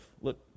Look